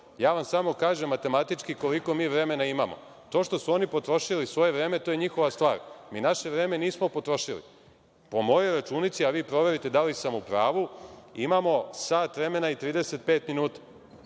Samo vam kažem, matematički, koliko mi vremena imamo. To što su oni potrošili svoje vreme to je njihova stvar. Mi naše vreme nismo potrošili. Po mojoj računici, a vi proverite da li sam u pravu, imamo sat vremena i 35 minuta.